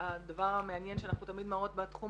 הדבר המעניין שאנחנו תמיד מראות בתחום